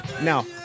Now